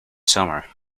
summer